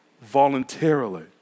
voluntarily